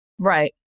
Right